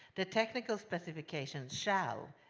the technical specifications shall,